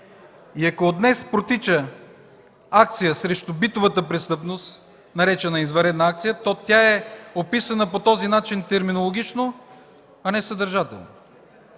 Ако от днес протича акция срещу битовата престъпност, наречена "Извънредна акция", то тя е описана по този начин терминологично, а не съдържателно.